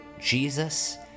Jesus